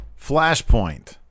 Flashpoint